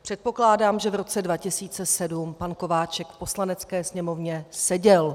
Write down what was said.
Předpokládám, že v roce 2007 pan Kováčik v Poslanecké sněmovně seděl.